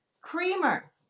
creamer